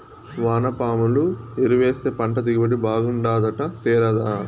వానపాముల ఎరువేస్తే పంట దిగుబడి బాగుంటాదట తేరాదా